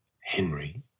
Henry